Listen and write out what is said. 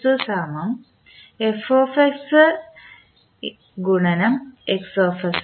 ആണ്